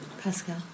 Pascal